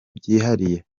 byihariye